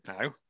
now